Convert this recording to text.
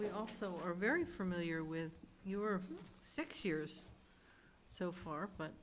we also are very familiar with your six years so far but